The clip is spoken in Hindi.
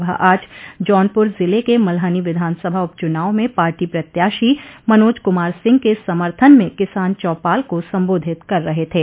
वह आज जौनपुर जिले के मल्हनी विधानसभा उपचुनाव में पार्टी प्रत्याशी मनोज कुमार सिंह के समर्थन में किसान चौपाल को सम्बोधित कर रहे थे